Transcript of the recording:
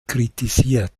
kritisiert